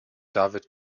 david